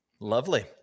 Lovely